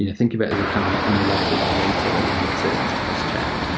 you know think of it as kind of an unreliable numerator that we need to crosscheck.